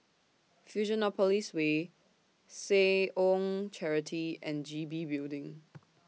Fusionopolis Way Seh Ong Charity and G B Building